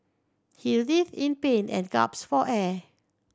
he writhed in pain and gasped for air